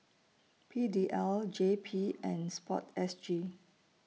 P D L J P and Sport S G